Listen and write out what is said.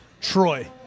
Troy